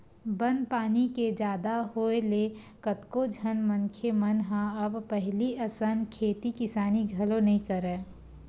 बन पानी के जादा होय ले कतको झन मनखे मन ह अब पहिली असन खेती किसानी घलो नइ करय